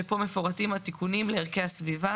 שפה מפורטים התיקונים לערכי הסביבה,